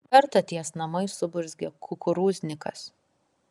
kartą ties namais suburzgė kukurūznikas